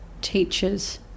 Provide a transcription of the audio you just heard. teachers